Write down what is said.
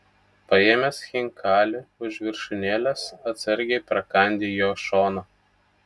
paėmęs chinkalį už viršūnėlės atsargiai prakandi jo šoną